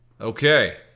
Okay